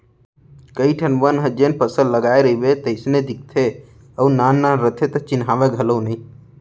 कइ ठन बन ह जेन फसल लगाय रइबे तइसने दिखते अउ नान नान रथे त चिन्हावय घलौ नइ